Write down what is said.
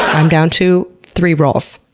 i'm down to, three rolls.